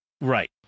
Right